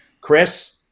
Chris